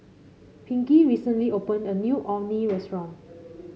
Pinkey recently opened a new Orh Nee Restaurant